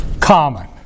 Common